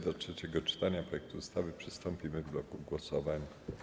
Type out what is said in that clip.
Do trzeciego czytania projektu ustawy przystąpimy w bloku głosowań.